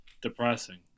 Depressing